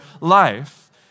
life